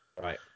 Right